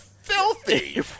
Filthy